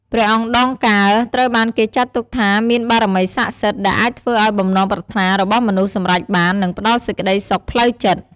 ព្រះអង្គដងកើ ត្រូវបានគេចាត់ទុកថាមានបារមីស័ក្តិសិទ្ធិ ដែលអាចធ្វើឲ្យបំណងប្រាថ្នារបស់មនុស្សសម្រេចបាន និងផ្ដល់សេចក្ដីសុខផ្លូវចិត្ត។